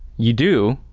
you do,